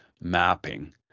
mapping